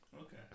Okay